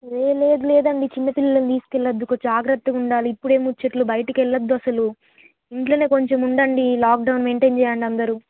లేదు లేదు లేదండి చిన్న పిల్లలు తీసుకు వెళ్ళద్దు కొం జాగ్రత్తగా ఉండాలి ఇప్పుడు ముచ్చట్లు బయటకు వెళ్ళద్దు అసలు ఇంట్లో కొంచెం ఉండండి లాక్డౌన్ మెయింటెయిన్ చేయండి అందరు